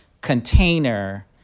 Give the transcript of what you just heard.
container